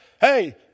Hey